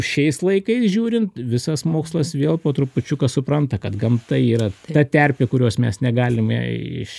šiais laikais žiūrint visas mokslas vėl po trupučiuką supranta kad gamta yra ta terpė kurios mes negalime iš